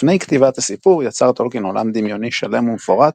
לפני כתיבת הסיפור יצר טולקין עולם דמיוני שלם ומפורט